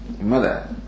mother